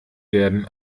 werden